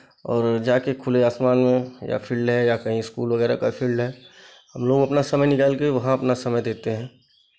और जाके खुले आसमान में या फील्ड है या कहीं इस्कूल वगैरह का फील्ड है हम लोग अपना समय निकाल के वहाँ अपना समय देते हैं